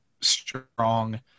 strong